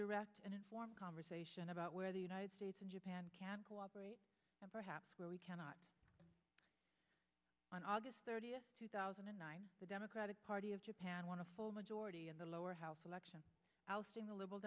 direct and informed conversation about where the united states and japan can cooperate and perhaps where we cannot on august third two thousand and nine the democratic party of japan want to full majority in the lower house election ousting the liberal